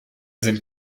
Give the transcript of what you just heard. sind